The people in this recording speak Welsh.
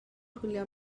chwilio